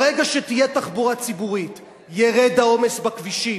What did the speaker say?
ברגע שתהיה תחבורה ציבורית ירד העומס בכבישים,